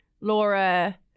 Laura